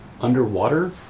underwater